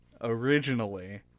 originally